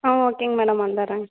ஆ ஓகேங்க மேடம் வந்தர்றங்க